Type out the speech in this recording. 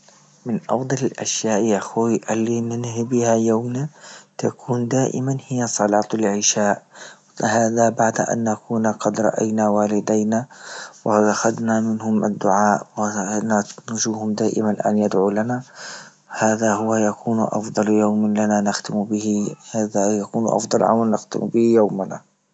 من أفضل لأشياء يا أخوي اللي ننهي بها يومنا تكون دائما هي صلاة العشاء، فهذا بعد أن نكون قد رأينا والدينا، وهل أخذنا منهم الدعاء دائما أن يدعوا لنا، هذا هو يكون أفضل يوم لنا نختم به هذا يكون يكون أفضل عمل نختم به يومنا.